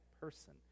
person